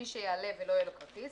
מי שיעלה ולא יהיה לו כרטיס,